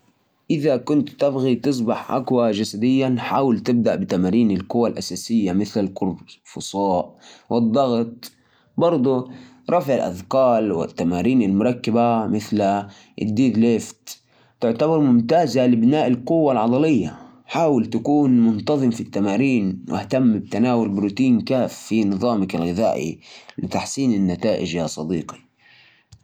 عشان تصير أقوى، جرب تمارين رفع الأثقال، مثل الإسكوات والضغط والرفع المميتة. كمان ممكن تسوي تمارين وزن الجسم، مثل البوش أب والبلانك. ومو تنسى تاكل أكل صحي وتاخد راحة كفاية بين التمارين عشان تتعافى.